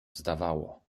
zdawało